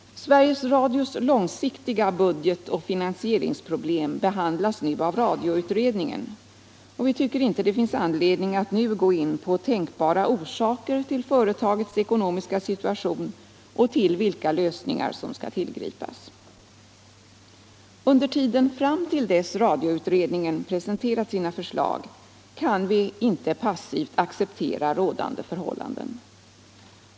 Sveriges Radios långsiktiga budget och finansieringsproblem behandlas f. n. av radioutredningen, och vi tycker inte det finns anledning att nu gå in på tänkbara orsaker till företagets ekonomiska situation och på vilka lösningar som skall tillgripas. Under tiden fram till dess radioutredningen presenterat sina förslag kan vi inte passivt acceptera rådande förhållanden.